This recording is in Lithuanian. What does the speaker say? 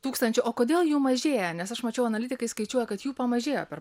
tūkstančių o kodėl jų mažėja nes aš mačiau analitikai skaičiuoja kad jų pamažėjo per